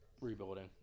rebuilding